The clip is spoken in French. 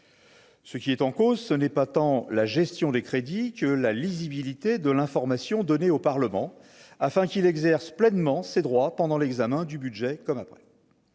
Ce qui est en cause, ce n'est pas tant la gestion des crédits que la lisibilité de l'information donnée au Parlement afin qu'il exerce pleinement ses droits pendant l'examen du budget comme après